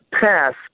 pass